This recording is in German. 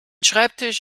schreibtisch